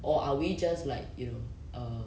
or are we just like you know err